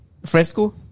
Fresco